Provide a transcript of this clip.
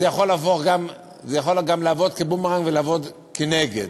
זה יכול גם לעבוד כבומרנג ולעבוד כנגד.